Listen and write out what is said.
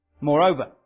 Moreover